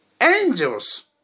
angels